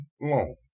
long